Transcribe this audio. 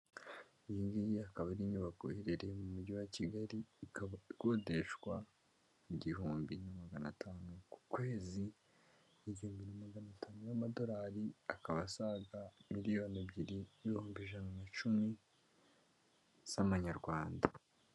Iyi ngiyi ikaba ari inyubako iherereye mu mujyi wa Kigali ikaba ikodeshwa igihumbi na magana atanu ku kwezi, igihumbi na magana atanu y'amadolari akaba, asaga miliyoni ebyiri n'ibihumbi ijana na cumi z'amanyarwanda.